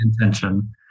intention